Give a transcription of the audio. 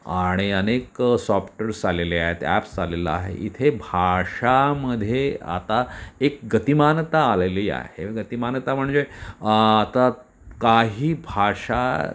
आणि अनेक सॉफ्टर्स आलेले आहेत ॲप्स आलेलं आहे इथे भाषेमध्ये आता एक गतिमानता आलेली आहे गतिमानता म्हणजे आता काही भाषा